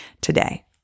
today